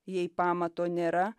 jei pamato nėra